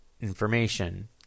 information